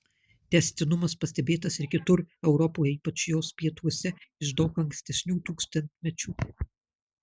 tęstinumas pastebėtas ir kitur europoje ypač jos pietuose iš daug ankstesnių tūkstantmečių